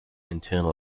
internal